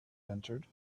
entered